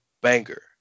banger